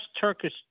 Turkish